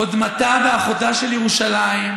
קודמתה ואחותה של ירושלים,